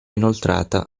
inoltrata